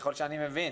ככל שאני מבין.